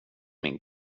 min